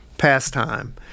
pastime